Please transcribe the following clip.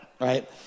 right